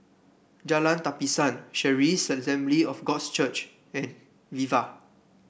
Jalan Tapisan Charis Assembly of Gods Church and Viva